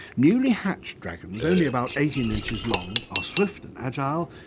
newly hatched dragons, only about eighteen inches long, are swift and agile,